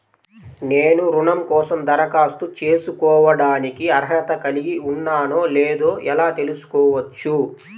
నేను రుణం కోసం దరఖాస్తు చేసుకోవడానికి అర్హత కలిగి ఉన్నానో లేదో ఎలా తెలుసుకోవచ్చు?